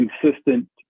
consistent